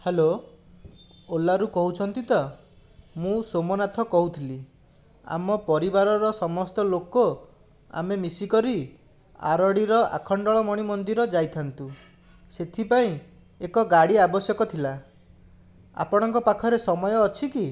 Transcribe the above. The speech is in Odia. ହ୍ୟାଲୋ ଓଲାରୁ କହୁଛନ୍ତି ତ ମୁଁ ସୋମନାଥ କହୁଥିଲି ଆମ ପରିବାରର ସମସ୍ତ ଲୋକ ଆମେ ମିଶିକରି ଆରଡ଼ିର ଆଖଣ୍ଡଳମଣି ମନ୍ଦିର ଯାଇଥାନ୍ତୁ ସେଥିପାଇଁ ଏକ ଗାଡ଼ି ଆବଶ୍ୟକ ଥିଲା ଆପଣଙ୍କ ପାଖରେ ସମୟ ଅଛି କି